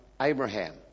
Abraham